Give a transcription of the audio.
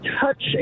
touch